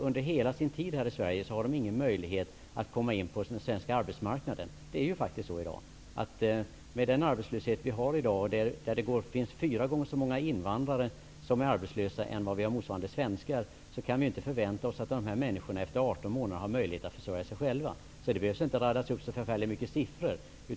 Under hela sin tid här i Sverige har de kanske ingen möjlighet att komma in på den svenska arbetsmarknaden. Så är det faktiskt i dag. Med den arbetslöshet vi har i dag, det finns fyra gånger så många arbetslösa invandrare som svenskar, kan vi inte förvänta oss att dessa människor efter 18 månader har möjlighet att försörja sig själva. Det behövs inte raddas upp så förfärligt mycket siffror.